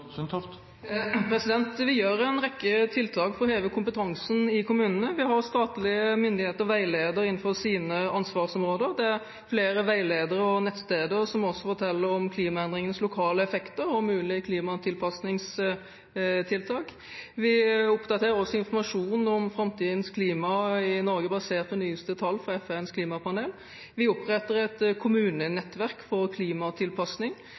Vi gjør en rekke tiltak for å heve kompetansen i kommunene. Vi har statlige myndigheter som veileder innenfor sine ansvarsområder. Det er flere veiledere og nettsteder som også forteller om klimaendringenes lokale effekter og mulige klimatilpassingstiltak. Vi oppdaterer også informasjonen om framtidens klima i Norge basert på de nyeste tallene fra FNs klimapanel. Vi oppretter et kommunenettverk for